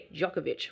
Djokovic